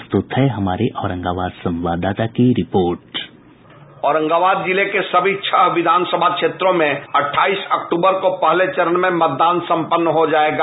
प्रस्तुत है हमारे औरंगाबाद संवाददाता की रिपोर्ट बाईट औरंगाबाद जिले के सभी छह विधान सभा क्षेत्रों में अट्ठाईस अक्तूबर को पहले चरण में मतदान संपन्न हो जायेगा